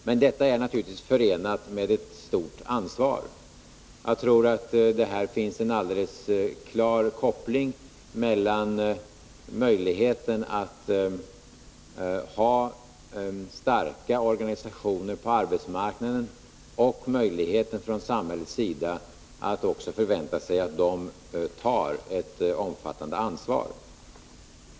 Men detta är naturligtvis förenat med det ett stort ansvar. Jag tror att det här finns en alldeles klar koppling mellan möjligheten att ha starka organisationer på arbetsmarknaden och möjligheten från samhällets sida att också förvänta sig att de tar ett omfattande ansvar.